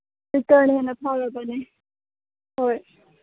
ꯇ꯭ꯌꯨꯇꯔꯅ ꯍꯦꯟꯟ ꯐꯔꯕꯅꯦ ꯍꯣꯏ